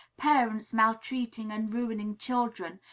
parents maltreating and ruining children,